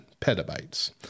petabytes